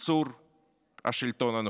ביצור השלטון הנוכחי.